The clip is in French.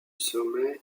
sommet